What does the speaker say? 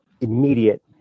immediate